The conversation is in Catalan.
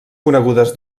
conegudes